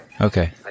Okay